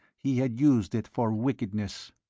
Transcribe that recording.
he had used it for wickedness.